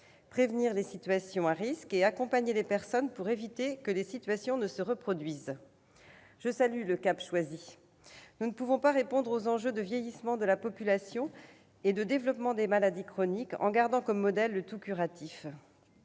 prévenir les situations à risques et accompagner les personnes pour éviter que les situations ne se reproduisent. Je salue le cap choisi. Nous ne pouvons pas répondre aux enjeux de vieillissement de la population et de développement des maladies chroniques en gardant comme modèle le « tout-curatif